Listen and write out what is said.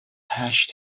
hash